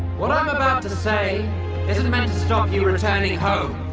what i'm about to say isn't meant and to stop you returning home.